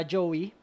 Joey